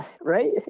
right